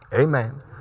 Amen